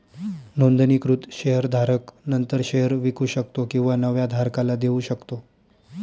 नोंदणीकृत शेअर धारक नंतर शेअर विकू शकतो किंवा नव्या धारकाला देऊ शकतो